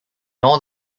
all